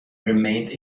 remained